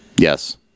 Yes